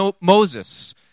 Moses